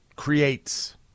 creates